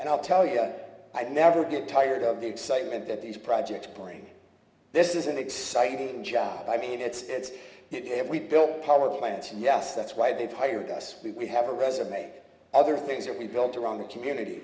and i'll tell you i never get tired of the excitement that these projects playing this is an exciting job i mean it's if we built power plants yes that's why they've hired us we have a resume other things that we built around the community